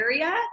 area